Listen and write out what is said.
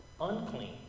unclean